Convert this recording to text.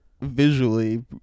visually